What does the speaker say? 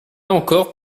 encore